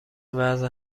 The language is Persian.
وضع